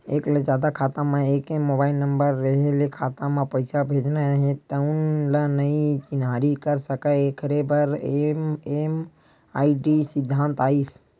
एक ले जादा खाता म एके मोबाइल नंबर रेहे ले खाता म पइसा भेजना हे तउन ल नइ चिन्हारी कर सकय एखरे बर एम.एम.आई.डी सिद्धांत आइस